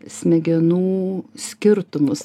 smegenų skirtumus